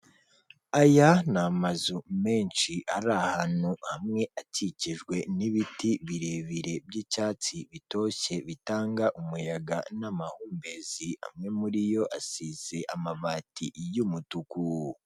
Aya ni amazu menshi ari ahantu hamwe, akikijwe n'ibiti birebire by'icyatsi bitoshye bitanga umuyaga n'amahumbezi. Amwe muri yo asize amabati y'umutuku.